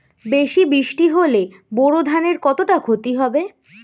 বেশি বৃষ্টি হলে বোরো ধানের কতটা খতি হবে?